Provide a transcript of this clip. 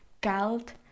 Geld